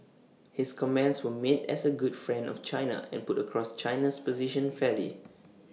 his comments were made as A good friend of China and put across China's position fairly